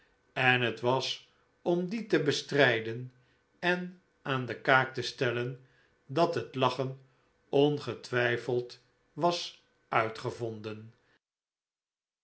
en het was om die te bestrijden en aan de kaak te stellen dat het lachen ongetwijfeld was uitgevonden